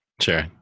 Sure